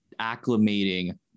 acclimating